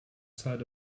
side